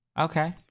Okay